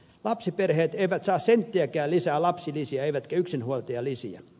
lapsiperheet eivät saa senttiäkään lisää lapsilisiä eivätkä yksinhuoltajalisiä